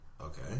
okay